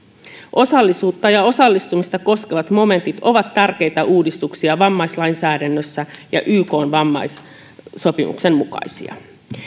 osallisuutta ja osallistumista koskevat momentit ovat tärkeitä uudistuksia vammaislainsäädännössä ja ykn vammaissopimuksen mukaisia